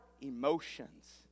emotions